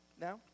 now